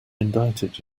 indicted